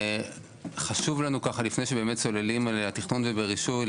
חשוב לנו לפני שבאמת צוללים לתכנון ורישוי,